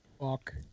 Fuck